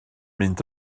mynd